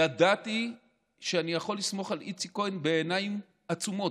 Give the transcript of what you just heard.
ידעתי שאני יכול לסמוך על איציק כהן בעיניים עצומות,